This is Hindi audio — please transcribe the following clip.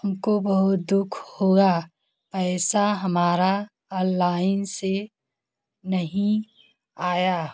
हमको बहुत दुख हुआ पैसा हमारा अललाइन से नहीं आया